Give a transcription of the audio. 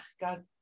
God